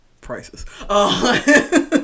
prices